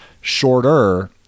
shorter